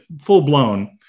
full-blown